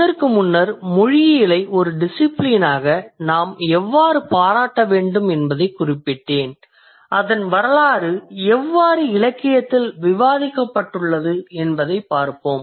இதற்கு முன்னர் மொழியியலை ஒரு டிசிபிலினாக நாம் எவ்வாறு பாராட்ட வேண்டும் என்பதை குறிப்பிட்டேன் அதன் வரலாறு எவ்வாறு இலக்கியத்தில் விவாதிக்கப்பட்டுள்ளது என்பதைப் பார்ப்போம்